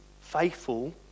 faithful